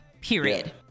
period